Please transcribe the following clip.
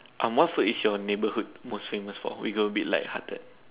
um what food is your neighborhood most famous for we go a bit light hearted